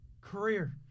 Career